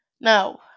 No